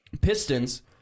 Pistons